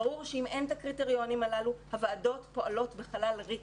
ברור שאם אין הקריטריונים הללו הוועדות פועלות בחלל ריק.